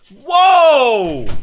whoa